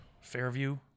Fairview